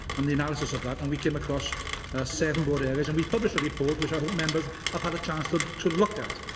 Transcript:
and the analysis of that, and we came across seven broad areas. and we've published a report, which i hope members have had a chance to to look at.